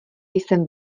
jsem